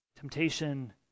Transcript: Temptation